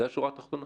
זאת השורה התחתונה